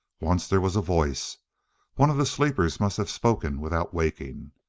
once there was a voice one of the sleepers must have spoken without waking.